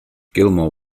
gilmore